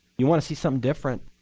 you want to see some different?